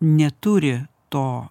neturi to